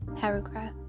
paragraph